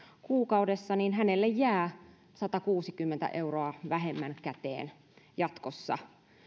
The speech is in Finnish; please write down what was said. kuukaudessa jää satakuusikymmentä euroa vähemmän käteen jatkossa